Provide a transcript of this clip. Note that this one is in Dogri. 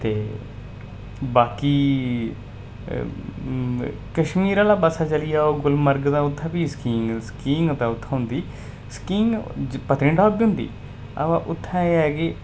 ते बाकी कश्मीर आह्ले पास्सै चली जाओ गुलमर्ग ते उत्थें बी स्कीइंग स्कीइंग उत्थें होंंदी स्कीइंग पत्नीटाप बी होंदी उत्थें एह् ऐ कि